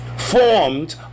formed